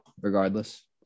Regardless